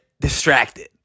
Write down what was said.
distracted